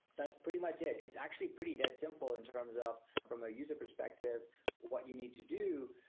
that's pretty much it. it's actually pretty dead simple in terms of from a user perspective what you need to do.